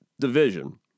division